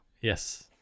yes